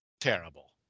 terrible